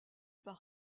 par